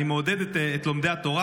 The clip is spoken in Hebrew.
אני מעודד את לומדי התורה,